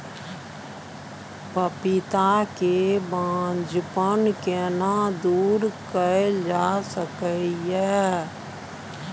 पपीता के बांझपन केना दूर कैल जा सकै ये?